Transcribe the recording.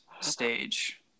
stage